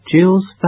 Jill's